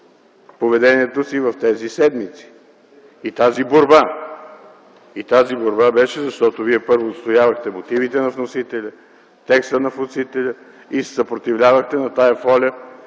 поведението си в тези седмици и в тази борба. Тази борба беше, защото вие първо отстоявахте мотивите на вносителя, текста на вносителя и се съпротивлявахте на тази воля,